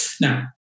Now